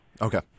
Okay